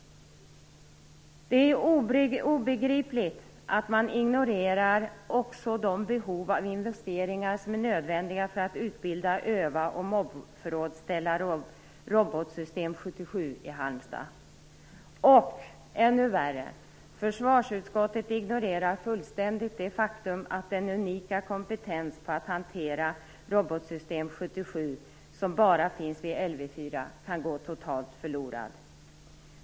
Det är obegripligt att man ignorerar också de nödvändiga behoven av investeringar för att utbilda, öva och mobförrådsställa Robotsystem 77 i Halmstad. Och, ännu värre, försvarsutskottet ignorerar fullständigt det faktum att den unika kompetensen att hantera Robotsystem 77, som bara finns vid Lv 4, kan gå totalt förlorad.